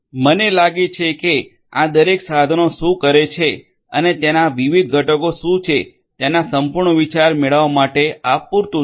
મને લાગે છે કે આ દરેક સાધનો શું કરે છે અને તેના વિવિધ ઘટક શું છે તેના સંપૂર્ણ વિચાર મેળવવા માટે આ પૂરતું છે